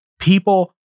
people